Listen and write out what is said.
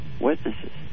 witnesses